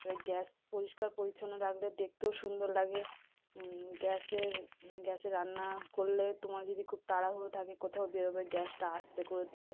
তাপরে গ্যাস পরিষ্কার পরিছন্ন রাখলে দেখতেও সুন্দর লাগে গ্যাসের গ্যাসে রান্না করলে তোমার যদি খুব তাড়াহুড়ো থাকে কোথাও বেরোবে গ্যাসটা আস্তে করে দিয়ে